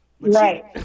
Right